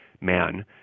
man